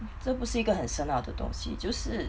这不是一个很深奥的东西就是